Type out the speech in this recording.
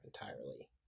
entirely